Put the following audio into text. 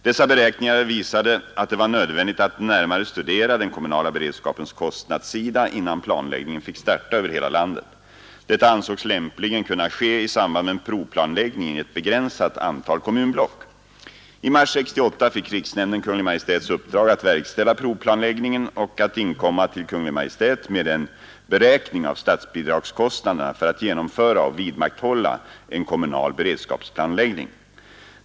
Dessa beräkningar visade att det var nödvändigt att närmare studera den kommunala beredskapens kostnadssida innan planläggningen fick starta över hela landet. Detta ansågs lämpligen kunna ske i samband med en provplanläggning i ett begränsat antal kommunblock. I mars 1968 fick riksnämnden Kungl. Majts uppdrag att verkställa provplanläggningen och att inkomma till Kungl. Maj:t med en beräkning av statsbidragskostnaderna för att genomföra och vidmakthålla en kommunal beredskapsplanläggning.